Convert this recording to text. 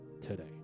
today